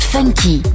Funky